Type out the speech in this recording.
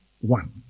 one